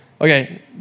Okay